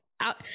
out